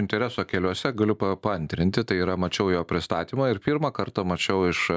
intereso keliuose galiu pa paantrinti tai yra mačiau jo pristatymą ir pirmą kartą mačiau iš